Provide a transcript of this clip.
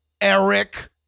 Eric